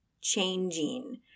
changing